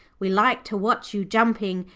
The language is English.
we like to watch you jumping,